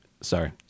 Sorry